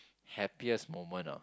happiest moment ah